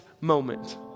moment